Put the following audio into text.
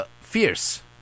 fierce